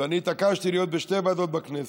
ואני התעקשתי להיות בשתי ועדות בכנסת: